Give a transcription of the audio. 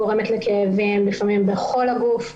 גורמת לכאבים לפעמים בכל הגוף,